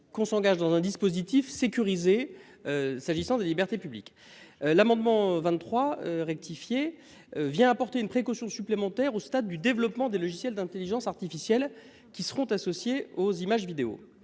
qu'on s'engage dans un dispositif sécurisé. S'agissant des libertés publiques. L'amendement 23 rectifié vient apporter une précaution supplémentaire au stade du développement des logiciels d'Intelligence artificielle qui seront associés aux images vidéo.